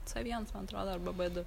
c vienas man atrodo arba b du